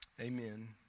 amen